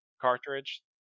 cartridge